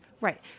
right